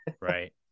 Right